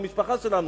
במשפחה שלנו,